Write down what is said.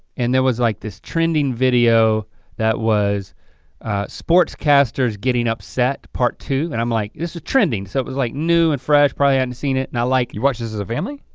and there was like this trending video that was sports casters getting upset part two and i'm like, this is trending, so it was like new and fresh, probably ah hadn't seen it and i like you watched this as a family?